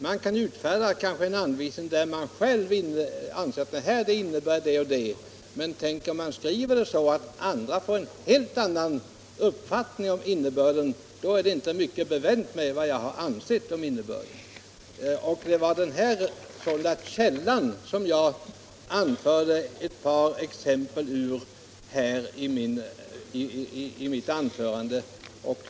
Man kan utfärda anvisningar som man själv inser innebörden av, men om de är så skrivna att andra får en helt annan uppfattning om innebörden har det inte så stor betydelse vad man själv har ansett om innebörden.